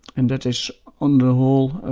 and that is on the whole,